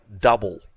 double